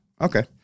okay